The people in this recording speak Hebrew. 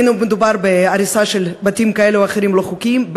בין שמדובר בהריסה של בתים כאלה או אחרים לא חוקיים,